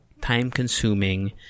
time-consuming